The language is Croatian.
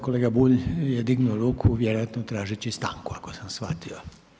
Kolega Bulj je dignuo ruku vjerojatno tražeći stanku ako sam shvatio.